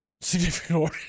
significant